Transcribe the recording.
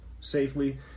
safely